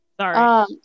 Sorry